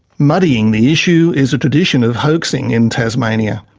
muddying the issue is a tradition of hoaxing in tasmania.